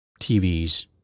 TVs